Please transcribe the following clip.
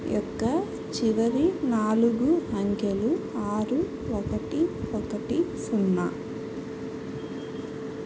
యొక్క చివరి నాలుగు అంకెలు ఆరు ఒకటి ఒకటి సున్నా